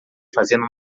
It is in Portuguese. fazendo